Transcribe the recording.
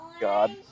God